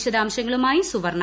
വിശദാംശങ്ങളുമായി സുവർണ